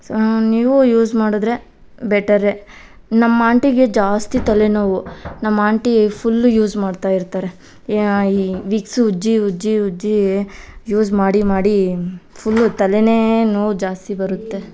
ನೀವು ಯೂಸ್ ಮಾಡಿದ್ರೆ ಬೆಟರೆ ನಮ್ಮ ಆಂಟಿಗೆ ಜಾಸ್ತಿ ತಲೆನೋವು ನಮ್ಮ ಆಂಟಿ ಫುಲ್ ಯೂಸ್ ಮಾಡ್ತಾ ಇರ್ತಾರೆ ಈ ವಿಕ್ಸ್ ಉಜ್ಜಿ ಉಜ್ಜಿ ಉಜ್ಜಿ ಯೂಸ್ ಮಾಡಿ ಮಾಡಿ ಫುಲ್ ತಲೆನೇ ನೋವು ಜಾಸ್ತಿ ಬರುತ್ತೆ